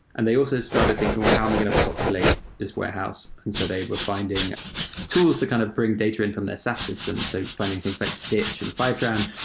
and they also started thinking, well, how am i going to populate this warehouse? and so they were finding tools to kind of bring data in from their saas system. so finding things like stitch and fivetran,